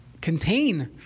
contain